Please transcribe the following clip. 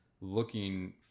looking